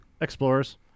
Explorers